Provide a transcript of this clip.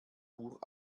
uhr